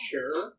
Sure